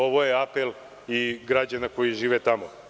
Ovo je apel i građana koji žive tamo.